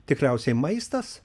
tikriausiai maistas